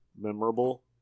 memorable